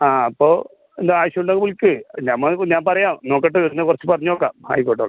ആ ആ അപ്പോൾ എന്ത് ആവശ്യം ഉണ്ടെങ്കിലും വിളിക്ക് നമ്മളിപ്പോൾ ഞാൻ പറയാം നോക്കട്ടെ വരുന്ന കുറച്ച് പറഞ്ഞ് നോക്കാം ആയിക്കോട്ടെ ഓക്കെ